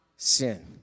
sin